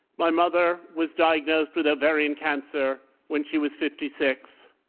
y mother was diagnosed with o varian cancer when she was fifty six.